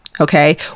okay